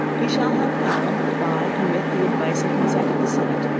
he shall have power, by and with the advice and consent of the senate,